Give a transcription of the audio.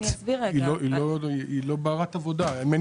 היא לא ברת עבודה.